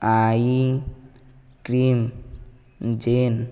eye cream jean